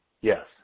yes